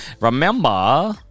Remember